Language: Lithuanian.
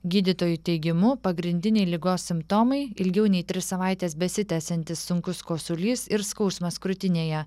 gydytojų teigimu pagrindiniai ligos simptomai ilgiau nei tris savaites besitęsiantis sunkus kosulys ir skausmas krūtinėje